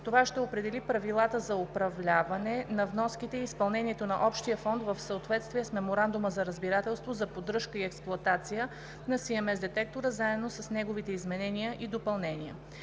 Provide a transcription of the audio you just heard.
Това ще определи правилата за управляване на вноските и изпълнението на общия фонд в съответствие с Меморандума за разбирателство за поддръжка и експлоатация на CMS детектора заедно с неговите изменения и допълнения.